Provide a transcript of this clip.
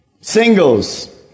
Singles